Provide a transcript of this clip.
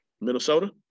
Minnesota